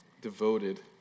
devoted